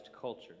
culture